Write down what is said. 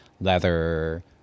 leather